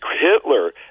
hitler